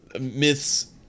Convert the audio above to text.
myths